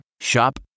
Shop